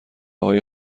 های